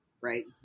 right